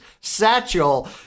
satchel